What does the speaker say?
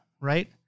right